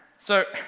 so,